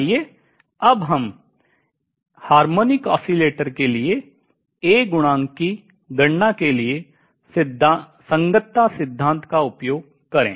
आइए अब हम हार्मोनिक ऑसिलेटर के लिए A गुणांक की गणना के लिए संगतता सिद्धांत का उपयोग करें